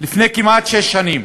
לפני כמעט שש שנים,